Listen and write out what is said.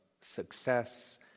success